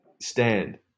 stand